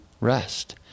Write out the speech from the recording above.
rest